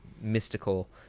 mystical